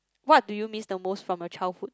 what do you miss the most from a childhood